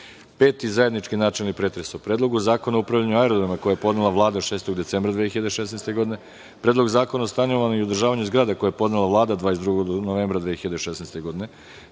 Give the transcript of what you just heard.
5. zajednički načelni pretres o: Predlogu zakona o upravljanju aerodromima, koji je podnela Vlada 6. decembra 2016. godine, Predlogu zakona o stanovanju i održavanju zgrada, koji je podnela Vlada 22. novembra 2016. godine,